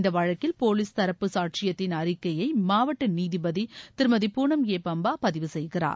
இந்த வழக்கில் போலீஸ் தரப்பு சாட்சியத்தின் அறிக்கையை மாவட்ட நீதிபதி திருமதி பூனம் ஏ பம்பா பதிவு செய்கிறார்